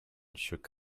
shook